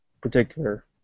particular